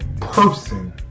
person